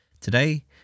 Today